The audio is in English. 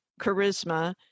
charisma